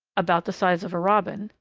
about the size of a robin,